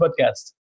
podcast